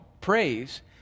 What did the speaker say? praise